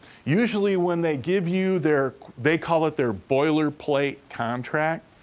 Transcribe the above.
usually, when they give you their they call it their boilerplate contract,